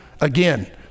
again